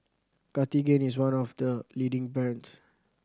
Cartigain is one of the leading brands